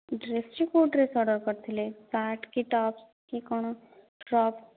dress ଯେ କେଉଁ dress order କରିଥିଲେ ସାର୍ଟ କି ଟପ୍ସ୍ କି କ'ଣ ଫ୍ରକ